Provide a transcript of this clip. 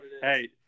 Hey